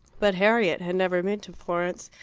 but harriet had never been to florence,